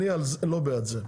אני לא בעד זה.